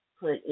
put